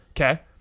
Okay